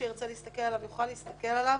שירצה להסתכל עליו יוכל להסתכל עליו.